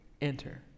enter